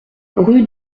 rue